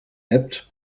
hebt